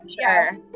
sure